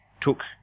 took